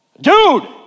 Dude